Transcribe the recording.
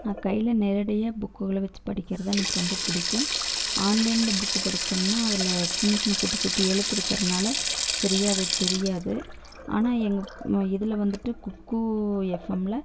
நான் கையில் நேரடியாக புக்குகளை வச்சு படிக்கிறது எனக்கு ரொம்ப பிடிக்கும் ஆன்லைனில் புக்கு படித்தமுன்னா அதில் சின்ன சின்ன குட்டி குட்டி எழுத்து இருக்குறனால் சரியாக அது தெரியாது ஆனால் எங்கள் இதில் வந்துட்டு குக்கூ எஃப்எம்மில்